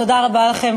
תודה רבה לכם,